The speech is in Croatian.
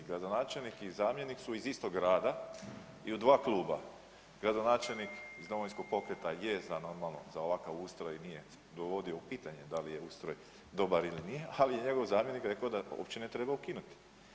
Gradonačelnik i zamjenik su iz istog grada i u dva kluba, gradonačelnik iz Domovinskog pokreta je za ovakav ustroj i nije dovodio u pitanje da li je ustroj dobar ili nije, ali je njegov zamjenik rekao da općine treba ukinuti.